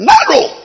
Narrow